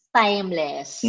timeless